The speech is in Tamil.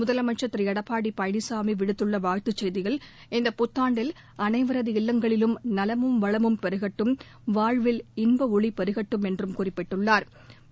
முதலமைச்சர் திரு எடப்பாடி பழனிசாமி விடுத்துள்ள வாழ்த்துச் செய்தியில் இந்த புத்தாண்டில் அனைவரது இல்லங்களிலும் நலமும் வளமும் பெருகட்டும் வாழ்வில் இன்ப ஒளி பெருகட்டும் என்று குறிப்பிட்டுள்ளா்